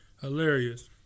Hilarious